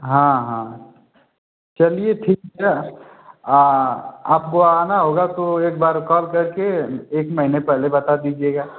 हाँ हाँ चलिए ठिक है आपको आना होगा तो एक बार कॉल करके एक मेहने बता दीजिएगा